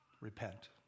repent